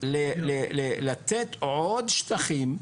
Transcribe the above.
בלי לתת עוד שטחים,